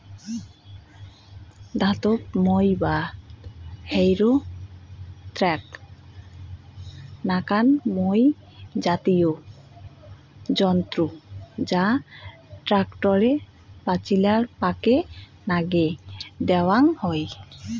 ধাতব মই বা হ্যারো এ্যাক নাকান মই জাতীয় যন্ত্র যা ট্যাক্টরের পাচিলাপাকে নাগে দ্যাওয়াং হই